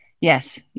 yes